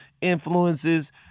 influences